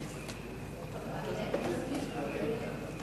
פטור מדמי חכירה ליישובי קו עימות),